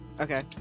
Okay